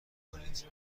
کنید